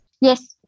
Yes